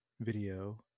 video